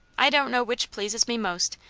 i don't know which pleases me most,